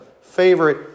favorite